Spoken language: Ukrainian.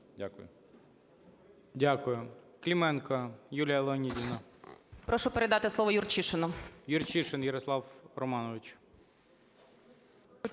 Дякую.